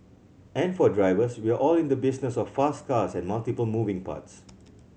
and for drivers we are all in the business of fast cars and multiple moving parts